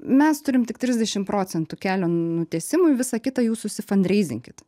mes turim tik trisdešim procentų kelio nutiesimui visa kita jūs susifandreizinkit